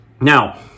Now